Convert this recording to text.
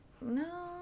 no